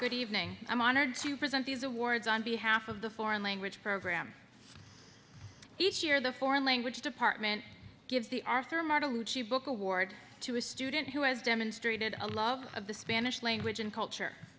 good evening i'm honored to present these awards on behalf of the foreign language program each year the foreign language department gives the arthur marta luci book award to a student who has demonstrated a love of the spanish language and culture